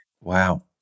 Wow